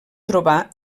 trobar